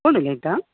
कोण उलयता